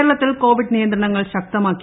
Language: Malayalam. കേരളത്തിൽ കോവിഡ് നിയന്ത്രണങ്ങൾ ശക്തമാക്കി